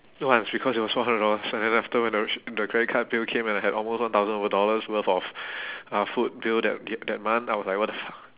what it's because it was four hundred dollars and then after when the credit card bill came and I had almost one thousand over dollars worth of uh food bill that da~ that month I was like what the fuck